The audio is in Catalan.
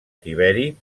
tiberi